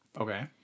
Okay